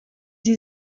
sie